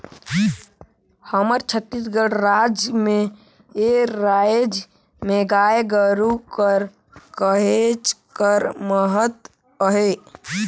हमर छत्तीसगढ़ राज में ए राएज में गाय गरू कर कहेच कर महत अहे